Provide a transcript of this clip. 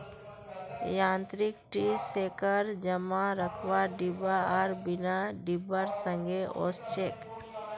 यांत्रिक tree shaker जमा रखवार डिब्बा आर बिना डिब्बार संगे ओसछेक